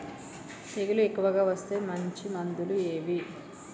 తెగులు ఎక్కువగా వస్తే మంచి మందులు ఏవి?